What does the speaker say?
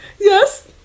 Yes